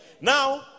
Now